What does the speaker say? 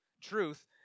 truth